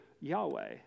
Yahweh